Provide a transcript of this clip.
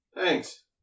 Thanks